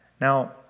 Now